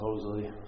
supposedly